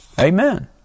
Amen